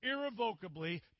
irrevocably